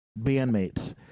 bandmates